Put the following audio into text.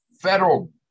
federal